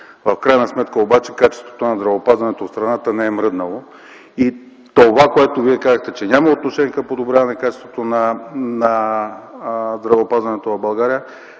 В крайна сметка обаче качеството на здравеопазването в страната не е мръднало. Това, което Вие казахте, че няма отношение към подобряване на качеството на здравеопазването в България,